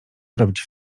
robić